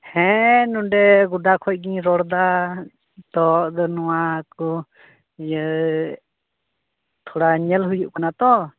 ᱦᱮᱸ ᱱᱚᱰᱮ ᱜᱚᱰᱟ ᱠᱚᱷᱱᱜᱮᱧ ᱨᱚᱲᱮᱫᱟ ᱛᱚ ᱟᱫᱚ ᱱᱚᱣᱟᱠᱚ ᱤᱭᱟᱹ ᱛᱷᱚᱲᱟ ᱧᱮᱞ ᱦᱩᱭᱩᱜ ᱠᱟᱱᱟ ᱛᱚ